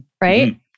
right